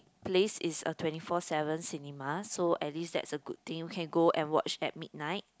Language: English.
place is a twenty four seven cinema so at least that's a good thing you can go and watch at midnight